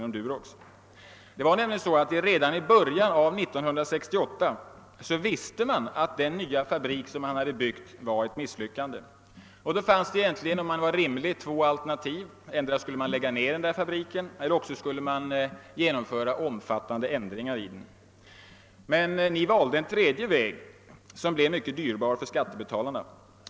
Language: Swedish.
Det förhöll sig nämligen så att man redan i början av 1968 visste att den nya fabrik man byggt var ett misslyckande, och då fanns det rimligen bara två alternativ: .endera lägga ned fabriken eller också genomföra omfattande ändringar i den. Men Ni valde en tredje väg, som blev mycket dyrbar för skattebetalarna.